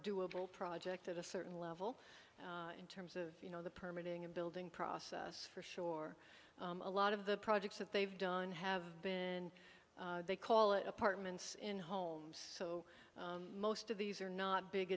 doable project at a certain level in terms of you know the permit in the building process for sure a lot of the projects that they've done have been they call it apartments in homes so most of these are not big